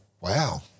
wow